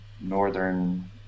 northern